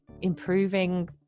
improving